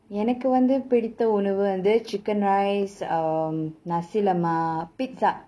எனக்கு வந்து பிடித்த உணவு வந்து:enakku vanthu piditha unavu vanthu chicken rice um nasi-lemak pizza